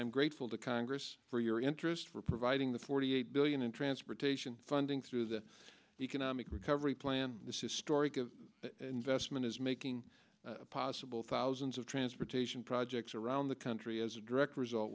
i'm grateful to congress for your interest for providing the forty eight billion in transportation funding through the economic recovery plan this historic of investment is making possible thousands of transportation projects around the country as a direct result